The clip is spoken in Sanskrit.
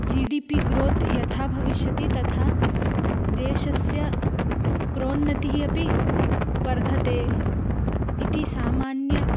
जि डि पि ग्रोत् यथा भविष्यति तथा देशस्य प्रोन्नतिः अपि वर्धते इति सामान्यम्